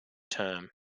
term